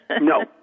No